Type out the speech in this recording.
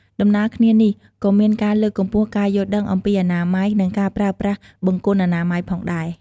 ដំណាលគ្នានេះ ក៏មានការលើកកម្ពស់ការយល់ដឹងអំពី អនាម័យ និងការប្រើប្រាស់បង្គន់អនាម័យផងដែរ។